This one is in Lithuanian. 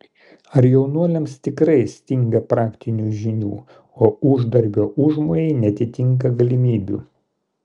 ar jaunuoliams tikrai stinga praktinių žinių o uždarbio užmojai neatitinka galimybių